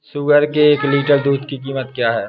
सुअर के एक लीटर दूध की कीमत क्या है?